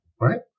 Right